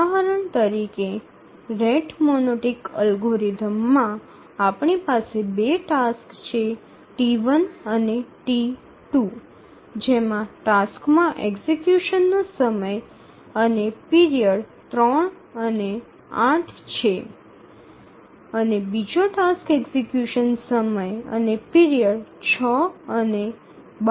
ઉદાહરણ તરીકે rate monotonic અલ્ગોરિધમમાં આપણી પાસે ૨ ટાસક્સ છે T1 અને T2 જેમાં ટાસ્કમાં એક્ઝિકયુશનનો સમય અને પીરિયડ ૩ અને ૮ છે અને બીજો ટાસ્ક એક્ઝિકયુશન સમય અને પીરિયડ ૬ અને ૧૨ છે